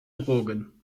drogen